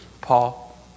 Paul